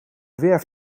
werf